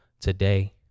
today